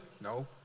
No